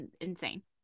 insane